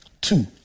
two